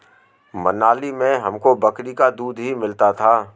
मनाली में हमको बकरी का दूध ही मिलता था